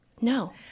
No